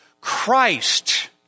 Christ